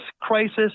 crisis